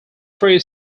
three